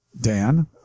Dan